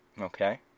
Okay